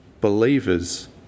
Believers